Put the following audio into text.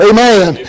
Amen